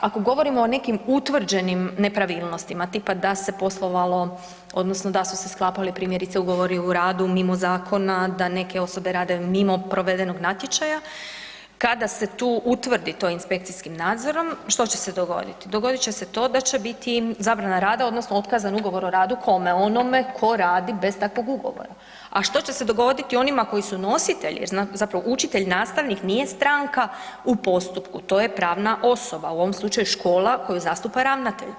ako govorimo o nekim utvrđenim nepravilnostima tipa da se poslovalo odnosno da su se sklapali primjerice ugovori o radu mimo zakona, da neke osobe rade mimo provedenog natječaja, kada se tu utvrdi tu inspekcijskim nadzorom, što će dogoditi, dogodit će se to da će biti zabrana rada odnosno otkazan ugovor o radu, kome, onome ko radi bez takvog ugovora, a što će se dogoditi onima koji su nositelji, zapravo učitelj, nastavnik nije stranka u postupku to je pravna osoba u ovom slučaju škola koju zastupa ravnatelj.